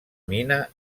mina